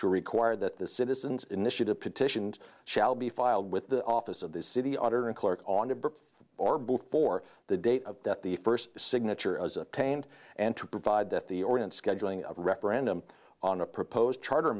to require that the citizens initiative petitioned shall be filed with the office of the city auditor and clerk on the books or before the date of that the first signature as attained and to provide that the organ scheduling of a referendum on a proposed charter